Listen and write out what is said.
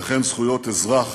וכן זכויות אזרח